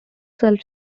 self